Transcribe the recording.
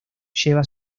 lleva